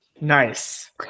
Nice